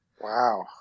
Wow